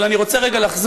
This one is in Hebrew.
אבל אני רוצה רגע לחזור,